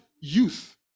youth